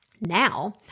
now